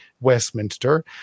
Westminster